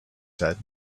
said